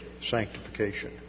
sanctification